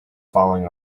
falling